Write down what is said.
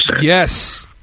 Yes